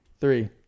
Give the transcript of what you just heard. Three